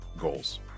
goals